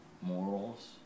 morals